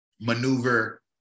maneuver